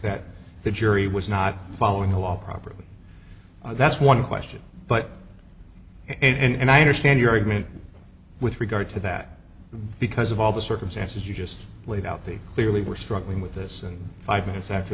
that the jury was not following the law properly that's one question but and i understand your argument with regard to that because of all the circumstances you just laid out the clearly we're struggling with this and five minutes after